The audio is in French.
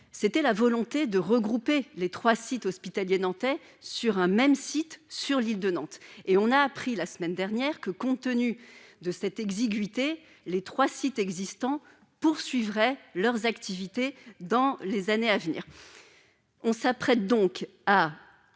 c'était la volonté de regrouper les 3 sites hospitaliers nantais sur un même site, sur l'île de Nantes et on a appris la semaine dernière que compte tenu de cette exiguïté, les 3 sites existants poursuivraient leurs activités dans les années à venir. On s'apprête donc à